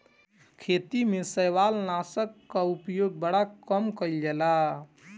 खेती में शैवालनाशक कअ उपयोग बड़ा कम कइल जाला